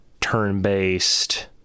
turn-based